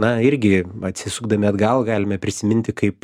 na irgi atsisukdami atgal galime prisiminti kaip